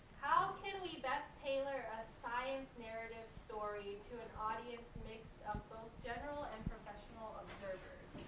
ah can we best tailor a science narrative story to an audience mixed up of general and professional observers?